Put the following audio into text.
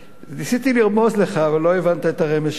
ניסיתי לרמוז לך, אבל לא הבנת את הרמז שלי.